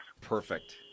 Perfect